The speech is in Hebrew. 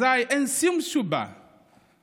אזיי אין שום סיבה שאתם,